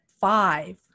five